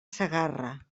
segarra